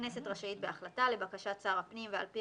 הכנסת רשאית בהחלטה לבקשת שר הפנים ועל פי